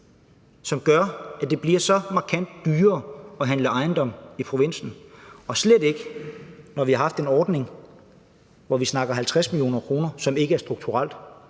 som gør, at det bliver så markant meget dyrere at handle ejendom i provinsen, og slet ikke, når vi har haft en ordning med et beløb på 50 mio. kr., som ikke er strukturelt,